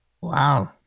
Wow